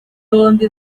bombi